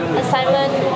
assignment